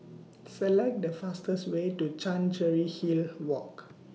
Select The fastest Way to Chancery Hill Walk